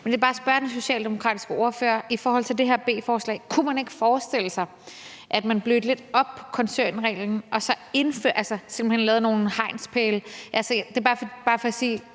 Men jeg vil bare spørge den socialdemokratiske ordfører, om man i forhold til det her beslutnignsforslag ikke kunne forestille sig, at man blødte lidt op på koncernreglen og simpelt hen satte nogle hegnspæle? Det er bare for sige,